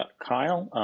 ah kyle,